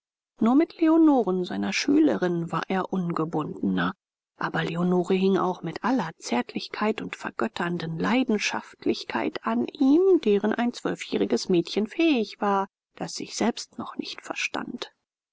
nur mit leonoren seiner schülerin war er ungebundener aber leonore hing auch mit aller zärtlichkeit und vergötternden leidenschaftlichkeit an ihm deren ein zwölfjähriges mädchen fähig war das sich selbst noch nicht verstand